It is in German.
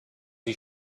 sie